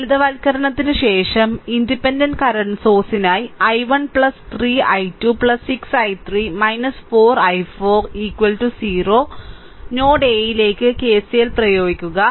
ലളിതവൽക്കരണത്തിനുശേഷം independent current സോഴ്സിനായി I1 3 I2 6 I3 4 i4 0 node a യിലേക്ക് KCL പ്രയോഗിക്കുക